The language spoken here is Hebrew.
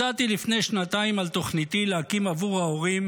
הודעתי לפני שנתיים על תוכניתי להקים בעבור ההורים